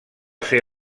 ser